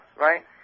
right